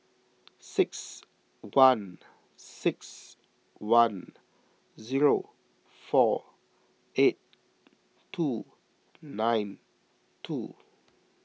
six one six one zero four eight two nine two